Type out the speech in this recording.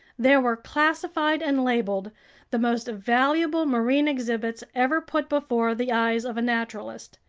there were classified and labeled the most valuable marine exhibits ever put before the eyes of a naturalist.